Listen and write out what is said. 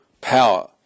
power